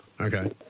Okay